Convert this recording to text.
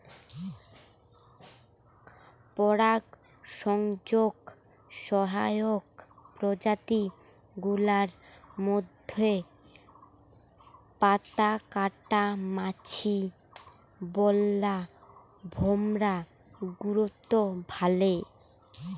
পরাগসংযোগ সহায়ক প্রজাতি গুলার মইধ্যে পাতাকাটা মাছি, বোল্লা, ভোমরা গুরুত্ব ভালে